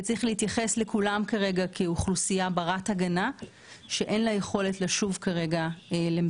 צריך להתייחס לכולם כאוכלוסייה ברת הגנה שאין לה יכולת לשוב למדינתה.